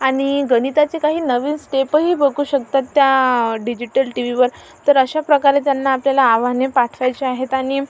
आणि गणिताचे काही नवीन स्टेपही बघू शकतात त्या डिजिटल टीव्हीवर तर अशाप्रकारे त्यांना आपल्याला आव्हाने पाठवायची आहेत आणि